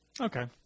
Okay